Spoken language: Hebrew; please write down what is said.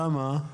למה?